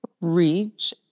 reach